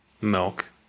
milk